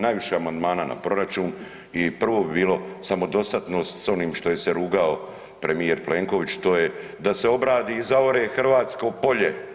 Najviše amandmana na proračun i prvo bi bilo samodostatnost s onim što je se rugao premijer Plenković to je da se obradi i zaore hrvatsko polje.